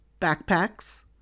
backpacks